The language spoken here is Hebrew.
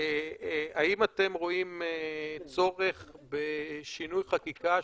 האם אתם רואים צורך בשינוי חקיקה,